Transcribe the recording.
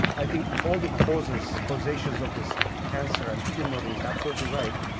i think all the causes, causations of this cancer and tumor is absolutely right,